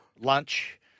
lunch